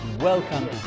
Welcome